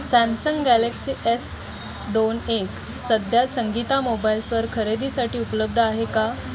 Samsung Galaxy S दोन एक सध्या संगीता मोबाईल्सवर खरेदीसाठी उपलब्ध आहे का